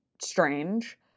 strange